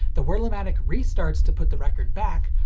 the wurlamatic restarts to put the record back,